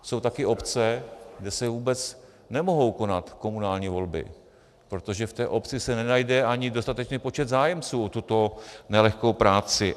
Jsou taky obce, kde se nemohou konat komunální volby, protože v té obci se nenajde ani dostatečný počet zájemců o tuto nelehkou práci.